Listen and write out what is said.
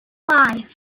five